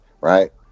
Right